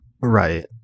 Right